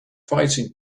fighting